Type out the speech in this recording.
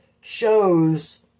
shows